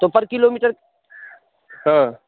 तो पर किलोमीटर हाँ